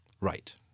Right